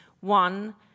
one